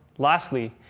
lastly,